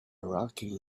rocky